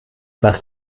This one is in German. was